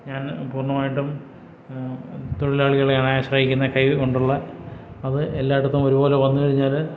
ഞാന് പൂർണമായിട്ടും തൊഴിലാളികളെയാണ് ആശ്രയിക്കുന്നത് കൈകൊണ്ടുള്ള അത് എല്ലാടത്തും ഒരുപോലെ വന്നുകഴിഞ്ഞാല്